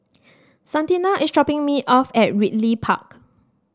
Santina is dropping me off at Ridley Park